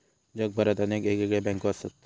जगभरात अनेक येगयेगळे बँको असत